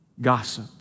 gossip